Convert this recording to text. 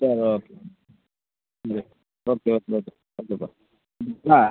சரி okay okay okay okay ஓகேப்பா ஆ